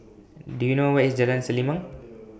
Do YOU know Where IS Jalan Selimang